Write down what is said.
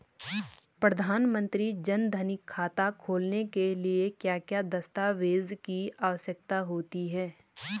प्रधानमंत्री जन धन खाता खोलने के लिए क्या क्या दस्तावेज़ की आवश्यकता होती है?